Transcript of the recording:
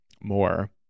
more